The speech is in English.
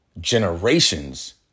generations